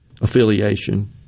affiliation